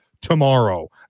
tomorrow